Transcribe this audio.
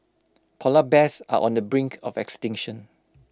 Polar Bears are on the brink of extinction